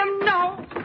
no